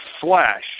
Flash